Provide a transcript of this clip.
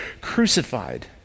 crucified